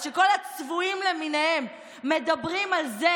אז כשכל הצבועים למיניהם מדברים על זה